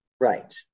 right